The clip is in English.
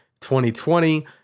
2020